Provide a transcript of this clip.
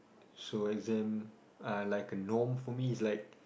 so exam are like a norm for me it's like